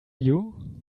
you